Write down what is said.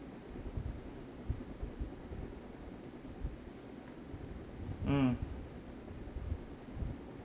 mm